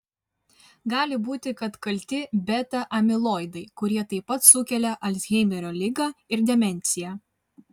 gali būti kad kalti beta amiloidai kurie taip pat sukelia alzheimerio ligą ir demenciją